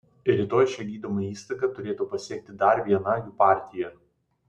rytoj šią gydymo įstaigą turėtų pasiekti dar viena jų partija